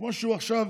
כמו שהוא עכשיו